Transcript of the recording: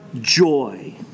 joy